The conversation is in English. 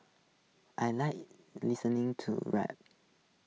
I Like listening to rap